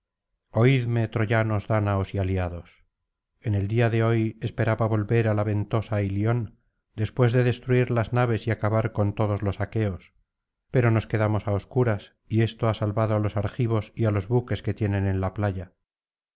oídme troyanos dárdanos y aliados en el día de hoy esperaba volver á la ventosa ilion después de destruir las naves y acabar con todos los aqueos pero nos quedamos á obscuras y esto ha salvado á los argivos y á los buques que tienen en la playa